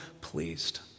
pleased